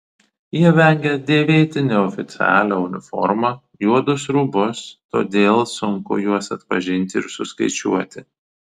jie vengia dėvėti neoficialią uniformą juodus rūbus todėl sunku juos atpažinti ir suskaičiuoti